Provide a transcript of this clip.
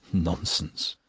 nonsense!